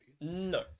no